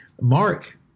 Mark